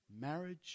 marriage